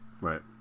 Right